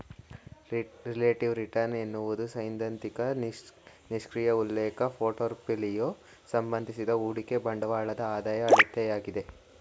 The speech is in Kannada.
ರಿಲೇಟಿವ್ ರಿಟರ್ನ್ ಎನ್ನುವುದು ಸೈದ್ಧಾಂತಿಕ ನಿಷ್ಕ್ರಿಯ ಉಲ್ಲೇಖ ಪೋರ್ಟ್ಫೋಲಿಯೋ ಸಂಬಂಧಿಸಿದ ಹೂಡಿಕೆ ಬಂಡವಾಳದ ಆದಾಯ ಅಳತೆಯಾಗಿದೆ